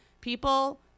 people